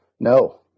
No